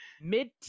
mid